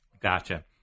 Gotcha